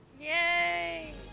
Yay